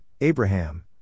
Abraham